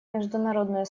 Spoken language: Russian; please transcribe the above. международное